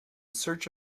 search